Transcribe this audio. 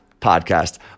Podcast